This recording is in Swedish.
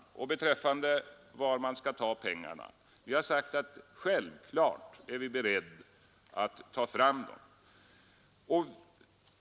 När det gäller frågan om var man skall ta pengarna har vi sagt att vi självklart är beredda att skaffa fram dem.